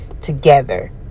together